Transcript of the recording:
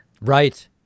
Right